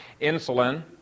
insulin